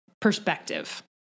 perspective